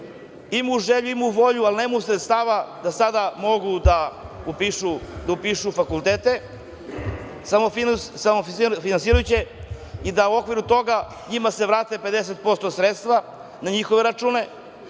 imaju želju, imaju volju, ali nemaju sredstava da sada mogu da upišu fakultete samofinansirajući i da u okviru toga njima se vrati 50% sredstava, što je